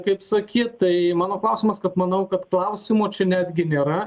kaip sakyt tai mano klausimas tad manau kad klausimo čia netgi nėra